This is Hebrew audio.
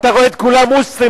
אתה רואה את כולם מוסלמים,